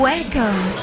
Welcome